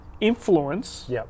influence